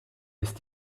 ist